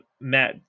Matt